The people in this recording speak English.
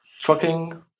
trucking